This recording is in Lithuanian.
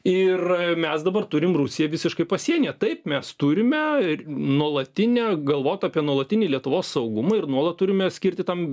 ir mes dabar turim rusiją visiškai pasienyje taip mes turime nuolatinę galvot apie nuolatinį lietuvos saugumą ir nuolat turime skirti tam